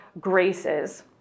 graces